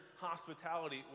hospitality